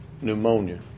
Pneumonia